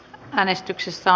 hänestyksissä